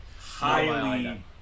highly